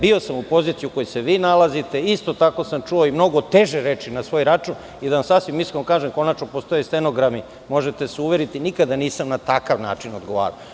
Bio sam u poziciji u kojoj se vi nalazite, isto tako sam čuo i mnogo teže reči na svoj račun i da vam sasvim iskreno kažem, konačno, postoje stenogrami i možete se uveriti nikada nisam na takav način odgovarao.